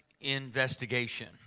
investigation